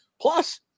Plus